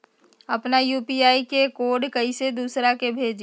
अपना यू.पी.आई के कोड कईसे दूसरा के भेजी?